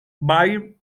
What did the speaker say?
baird